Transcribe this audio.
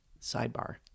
sidebar